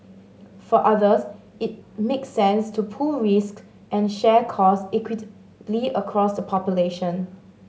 for others it makes sense to pool risk and share cost equitably across the population